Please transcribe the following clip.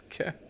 okay